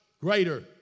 greater